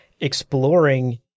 exploring